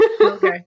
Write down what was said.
Okay